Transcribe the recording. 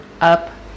up